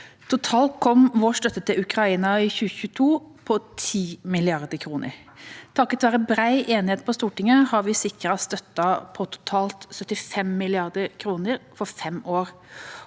Totalt kom vår støtte til Ukraina i 2022 på 10 mrd. kr. Takket være bred enighet på Stortinget har vi sikret støtte på totalt 75 mrd. kr for fem år.